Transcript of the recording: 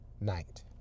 night